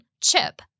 CHIP